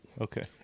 Okay